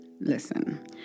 listen